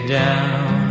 down